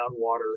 groundwater